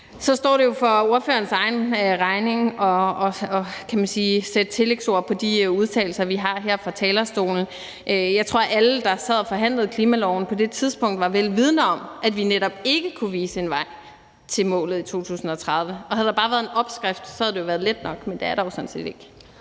Så står det for spørgerens egen regning, kan man sige, at sætte tillægsord på de udtalelser, vi kommer med her fra talerstolen. Jeg tror, at alle, der sad og forhandlede klimaloven på det tidspunkt, var velvidende om, at vi netop ikke kunne vise en vej til målet i 2030. Og havde der bare været en opskrift, havde det været let nok, men det er der jo sådan set ikke.